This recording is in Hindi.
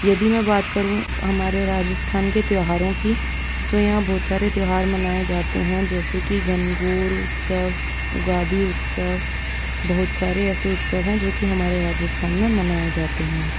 यदि मैं बात करूँ हमारे राजस्थान के त्योहारों की तो यहाँ बहुत सारे त्योहार मनाए जाते हैं जैसे की गणगौर उत्सव उगादि उत्सव बहुत सारे ऐसे उत्सव हैं जो कि हमारे राजस्थान में मनाए जाते हैं